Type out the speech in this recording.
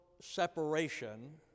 separation